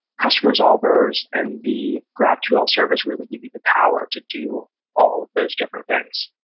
custom resolvers, and the graphql service really give you the power to do all of those different things.